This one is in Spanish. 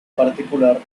particular